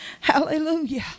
Hallelujah